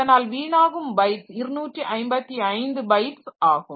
அதனால் வீணாகும் bytes 255 bytes ஆகும்